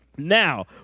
now